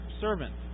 servant